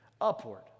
upward